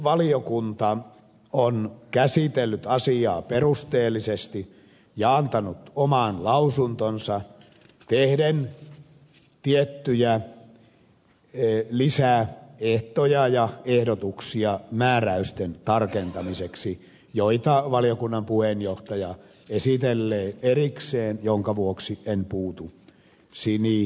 talousvaliokunta on käsitellyt asiaa perusteellisesti ja antanut oman lausuntonsa tehden tiettyjä lisäehtoja ja ehdotuksia määräysten tarkentamiseksi joita valiokunnan puheenjohtaja esitellee erikseen minkä vuoksi en puutu niihin lähemmin